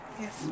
Yes